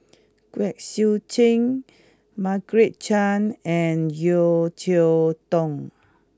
Kwek Siew Jin Margaret Chan and Yeo Cheow Tong